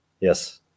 Yes